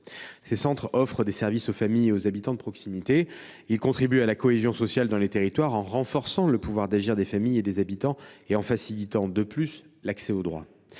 Ces centres offrent des services aux familles et aux habitants de proximité. Ils contribuent à la cohésion sociale dans les territoires, en renforçant le pouvoir d’agir des familles et des habitants, ainsi qu’en facilitant l’accès aux droits.